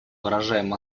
выражаем